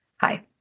Hi